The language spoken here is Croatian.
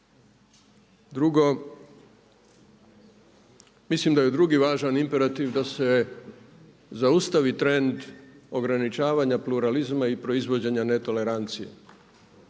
Drugo, mislim da je drugi važan imperativ da se zaustavi trend ograničavanja pluralizma i proizvođenja netolerancije,